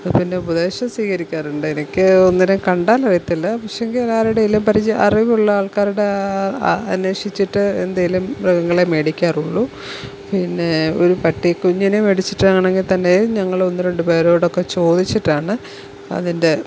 പിന്നെ ഉപദേശം സ്വീകരിക്കാറുണ്ട് ഇടയ്ക്ക് ഒന്നിനെ കണ്ടാൽ അറിയത്തില്ല പക്ഷേങ്കിൽ ഒരാളുടെയെങ്കിലും പരിചയം അറിവുള്ള ആൾക്കാരുടെ അന്വേഷിച്ചിട്ട് എന്തെങ്കിലും മൃഗങ്ങളെ മേടിക്കാറുള്ളൂ പിന്നെ ഒരു പട്ടിക്കുഞ്ഞിനെ മേടിച്ചിട്ടാണെങ്കിൽ തന്നെ ഞങ്ങൾ ഒന്ന് രണ്ട് പേരോടൊക്കെ ചോദിച്ചിട്ടാണ് അതിൻ്റെ